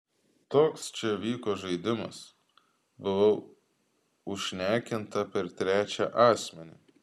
toks čia vyko žaidimas buvau užšnekinta per trečią asmenį